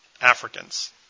Africans